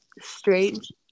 strange